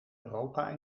europa